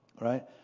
Right